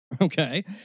Okay